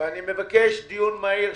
אני מבקש דיון מהיר,